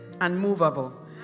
Unmovable